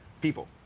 people